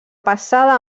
passar